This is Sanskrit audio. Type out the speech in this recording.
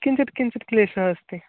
किञ्चित् किञ्चित् क्लेशः अस्ति